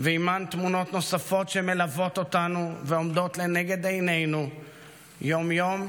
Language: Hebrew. ועימן תמונות נוספות שמלוות אותנו ועומדות לנגד עינינו יום-יום,